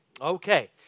okay